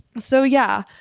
so yeah,